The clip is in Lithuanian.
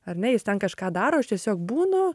ar ne jis ten kažką daro aš tiesiog būnu